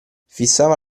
fissava